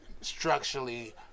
structurally